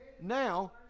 now